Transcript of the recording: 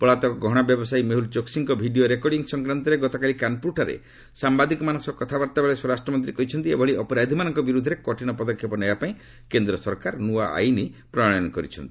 ପଳାତକ ଗହଣା ବ୍ୟବସାୟୀ ମେହଲ ଚୋକିଙ୍କ ଭିଡ଼ିଓ ରେକଡିଂ ସଂକ୍ରାନ୍ତରେ ଗତକାଲି କାନ୍ପୁରଠାରେ ସାମ୍ଭାଦିକମାନଙ୍କ ସହ କଥାବାର୍ତ୍ତା ବେଳେ ସ୍ୱରାଷ୍ଟ୍ରମନ୍ତ୍ରୀ କହିଛନ୍ତି ଏଭଳି ଅପରାଧୀମାନଙ୍କ ବିରୁଦ୍ଧରେ କଠିନ ପଦକ୍ଷେପ ନେବା ପାଇଁ କେନ୍ଦ୍ର ସରକାର ନୂଆ ଆଇନ୍ ପ୍ରଣୟନ କରିଛନ୍ତି